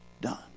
done